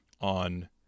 on